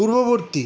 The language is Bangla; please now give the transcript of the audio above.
পূর্ববর্তী